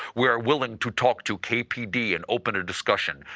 we are willing to talk to k p d, and open a discussion.